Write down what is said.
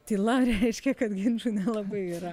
tyla reiškia kad ginčų nelabai yra